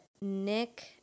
Nick